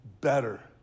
better